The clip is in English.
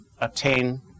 obtain